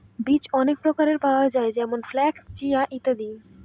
বীজ অনেক প্রকারের পাওয়া যায় যেমন ফ্লাক্স, চিয়া, ইত্যাদি